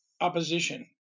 opposition